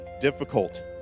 difficult